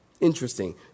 Interesting